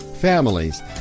families